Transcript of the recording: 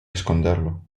esconderlo